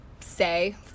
say